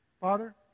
Father